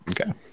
Okay